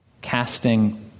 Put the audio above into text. casting